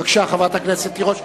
בבקשה, חברת הכנסת תירוש.